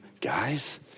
guys